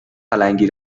پلنگی